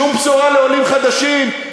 שום בשורה לעולים חדשים,